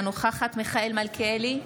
אינה נוכחת מיכאל מלכיאלי,